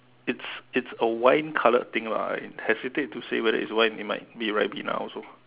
it's it's a wine coloured thing lah I hesitate to say whether it's wine it might be Ribena also